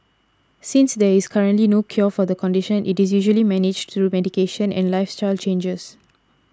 since there is currently no cure for the condition it is usually managed through medication and lifestyle changes